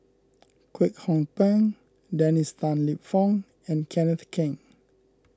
Kwek Hong Png Dennis Tan Lip Fong and Kenneth Keng